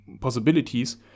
possibilities